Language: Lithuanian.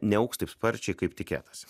neaugs taip sparčiai kaip tikėtasi